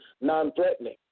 non-threatening